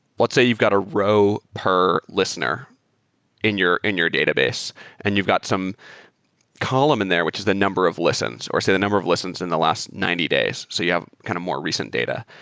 let's say you've got a row per listener in your in your database and you've got some column in there which is the number of listens, or say the number of listens in the last ninety days. so you have kind of more recent data.